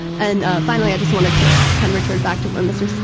and finally, i just wanted to kind of return back to what mr.